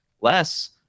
less